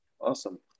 awesome